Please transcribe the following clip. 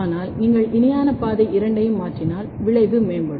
ஆனால் நீங்கள் இணையான பாதை இரண்டையும் மாற்றினால் விளைவு மேம்படும்